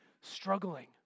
struggling